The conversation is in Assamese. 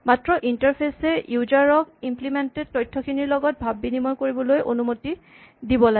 মাত্ৰ ইন্টাৰফেচ এ ইউজাৰ ক ইম্লিমেন্টেড তথ্যখিনিৰ লগত ভাৱ বিনিময় কৰিবলৈ অনুমতি দিব লাগে